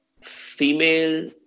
female